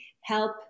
help